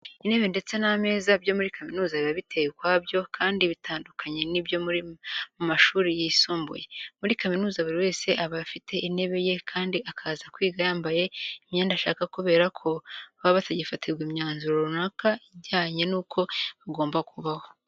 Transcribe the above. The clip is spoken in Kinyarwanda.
Intebe ndetse n'ameza byo muri kaminuza biba biteye ukwabyo kandi bitandukanye n'ibyo mu mashuri yisumbuye. Muri kaminuza buri wese aba afite intebe ye kandi akaza kwiga yambaye imyenda ashaka kubera ko baba batagifatirwa imyanzuro runaka ijyanye nuko bagomba kubaho.